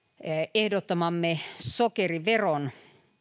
ehdottamamme sokeriveron